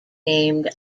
named